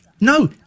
No